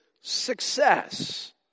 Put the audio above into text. success